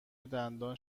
دندان